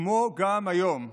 כמו היום,